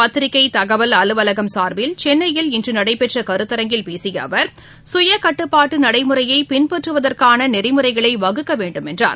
பத்திரிக்கை தகவல் அலுவலகம் சார்பில் சென்னையில் இன்று நடைபெற்ற கருத்தரங்கில் பேசிய அவர் சுயகட்டுப்பாட்டு நடைமுறையை பின்பற்றுவதற்கான நெறிமுறைகளை வகுக்க வேண்டும் என்றார்